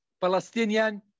palestinian